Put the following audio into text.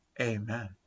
amen